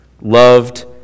loved